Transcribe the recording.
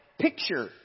picture